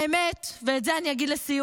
האמת היא, ואת זה אני אגיד לסיום,